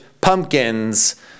pumpkins